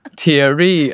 theory